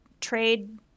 trade